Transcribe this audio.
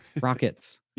rockets